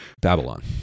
Babylon